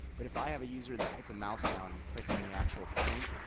but if i have a user that hits a mouse down and clicks on the actual point,